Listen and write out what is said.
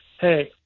hey